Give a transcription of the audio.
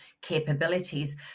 capabilities